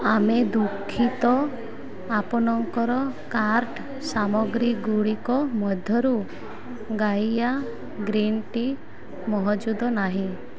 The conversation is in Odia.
ଆମେ ଦୁଃଖିତ ଆପଣଙ୍କର କାର୍ଟ୍ ସାମଗ୍ରୀଗୁଡ଼ିକ ମଧ୍ୟରୁ ଗାଇଆ ଗ୍ରୀନ୍ ଟି ମହଜୁଦ ନାହିଁ